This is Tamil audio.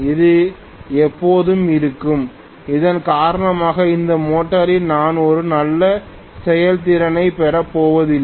இது எப்போதும் இருக்கும் இதன் காரணமாக இந்த மோட்டரில் நான் ஒரு நல்ல செயல்திறனைப் பெறப்போவதில்லை